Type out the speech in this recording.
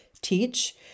teach